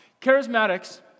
Charismatics